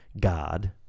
God